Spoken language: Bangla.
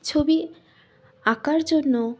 ছবি আঁকার জন্য